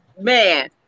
man